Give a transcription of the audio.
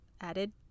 added